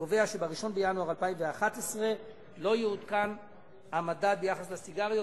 שקובע שב-1 בינואר 2011 לא יעודכן המדד ביחס לסיגריות.